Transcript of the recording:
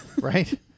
right